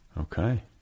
Okay